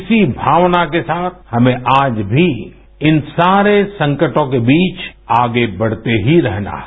इसी भावना के साथ हमें आज भी इन सारे संकटों के बीच आगे बढ़ते ही रहना है